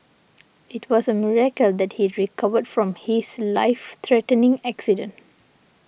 it was a miracle that he recovered from his life threatening accident